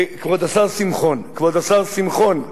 כבוד השר שמחון, כבוד השר שמחון,